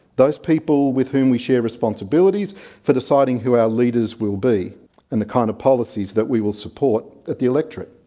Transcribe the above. those people with whom we share responsibilities for deciding who our leaders will be and the kind of policies we will support at the electorate.